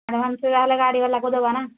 ହଁ ସେ ଯାହା ହେଲେ ଗାଡ଼ିବାଲାକୁ ଦବାନା